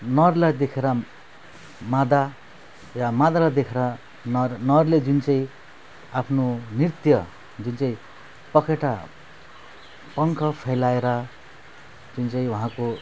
नरलाई देखेर मादा र मादालाई देखेर नर नरले जुन चाहिँ आफ्नो नृत्य जुन चाहिँ पखेटा पङ्ख फैलाएर जुन चाहिँ उहाँको